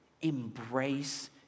embrace